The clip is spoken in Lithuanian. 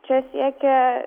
čia siekia